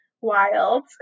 wild